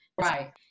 Right